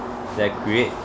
that create